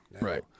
Right